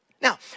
Now